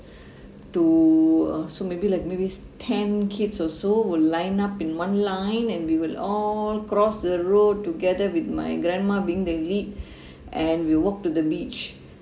to uh so maybe like maybe ten kids or so will line up in one line and we will all cross the road together with my grandma being the lead and we walk to the beach